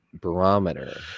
barometer